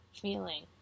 feeling